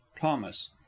thomas